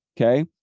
Okay